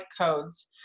codes